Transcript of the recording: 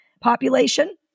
population